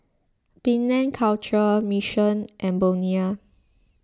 Penang Culture Mission and Bonia